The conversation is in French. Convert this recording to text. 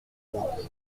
rouge